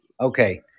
Okay